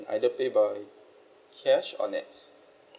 either pay by cash or nets